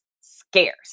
scarce